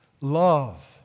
Love